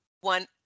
one